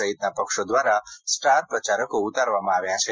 સહિતના પક્ષો દ્વારા સ્ટાર પ્રચારકો ઉતારવામાં આવ્યા છે